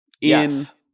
Yes